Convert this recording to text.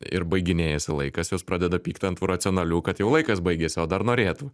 ir baiginėjasi laikas jos pradeda pykt ant racionalių kad jau laikas baigėsi o dar norėtų